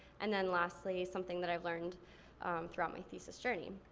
and then lastly something that i've learned throughout my thesis journey.